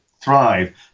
thrive